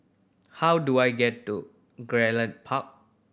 how do I get to Gerald Park